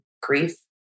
grief